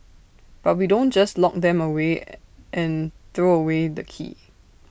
but we don't just lock them away and throw away the key